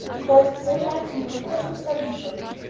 caused in all likelihood by some sudden shock.